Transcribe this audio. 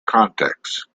contexts